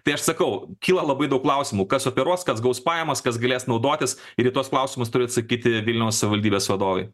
tai aš sakau kyla labai daug klausimų kas operuos kas gaus pajamas kas galės naudotis ir į tuos klausimus turi atsakyti vilniaus savivaldybės vadovai